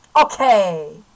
Okay